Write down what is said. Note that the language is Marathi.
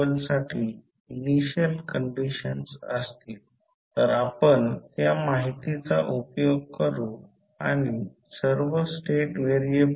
ही सर्व समीकरणे अशी असतील आणि शेवटी समतुल्य सर्किट असे असेल